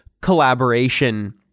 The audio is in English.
collaboration